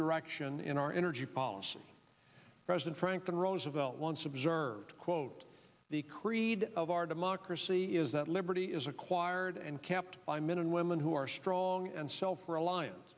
direction in our energy policy president franklin roosevelt once observed quote the creed of our democracy is that liberty is acquired and kept by men and women who are strong and self reliant